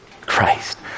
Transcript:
Christ